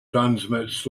transmits